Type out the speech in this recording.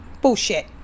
Bullshit